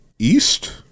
East